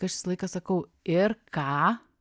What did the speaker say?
aš visą laiką sakau ir ką